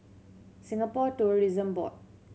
Singapore Tourism Board